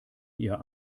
ihr